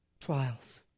trials